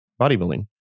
bodybuilding